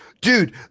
Dude